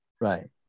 Right